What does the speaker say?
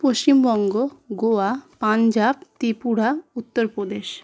Paschimbanga Goa Punjab Tripura Uttar Pradesh